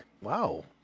Wow